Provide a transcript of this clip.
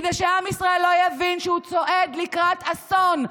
כדי שעם ישראל לא יבין שהוא צועד לקראת אסון,